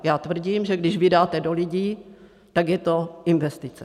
Já tvrdím, že když vydáte do lidí, tak je to investice.